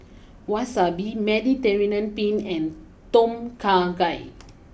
Wasabi Mediterranean Penne and Tom Kha Gai